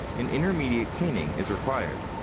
an intermediate cleaning is required.